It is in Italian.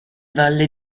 valle